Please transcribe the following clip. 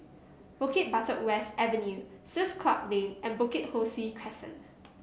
Bukit Batok West Avenue Swiss Club Lane and Bukit Ho Swee Crescent